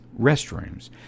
restrooms